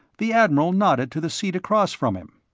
the admiral nodded to the seat across from him.